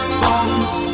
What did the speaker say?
songs